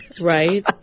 Right